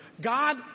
God